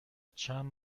چند